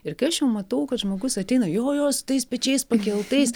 ir kai aš jau matau kad žmogus ateina jo jo su tais pečiais pakeltais